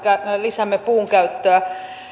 lisäämme puun käyttöä